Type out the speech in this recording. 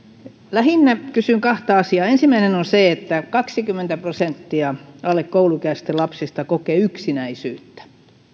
lähinnä kysyn kahta asiaa ensimmäinen on se että kaksikymmentä prosenttia alle kouluikäisistä lapsista kokee yksinäisyyttä